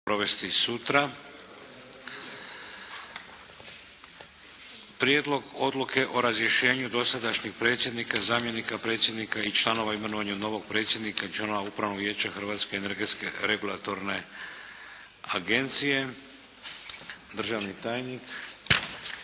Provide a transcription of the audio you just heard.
(HDZ)** - Prijedlog odluke o razrješenju dosadašnjeg predsjednika, zamjenika predsjednika i članova i imenovanju novog predsjednika i članova Upravnog vijeća Hrvatske energetske regulatorne agencije Državni tajnik,